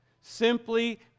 simply